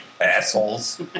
assholes